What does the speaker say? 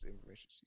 information